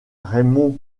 raymond